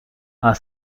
are